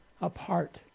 apart